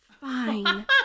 fine